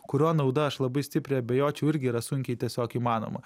kurio nauda aš labai stipriai abejočiau irgi yra sunkiai tiesiog įmanoma